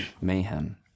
Mayhem